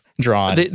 drawn